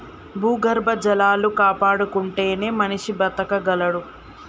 భూగర్భ జలాలు కాపాడుకుంటేనే మనిషి బతకగలడు